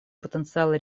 потенциала